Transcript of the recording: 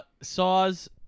Saw's